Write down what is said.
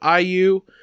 IU